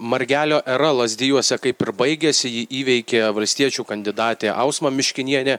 margelio era lazdijuose kaip ir baigėsi jį įveikė valstiečių kandidatė ausma miškinienė